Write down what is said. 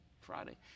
Friday